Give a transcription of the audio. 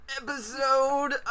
Episode